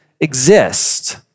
exist